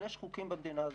אבל יש חוקים במדינה הזאת,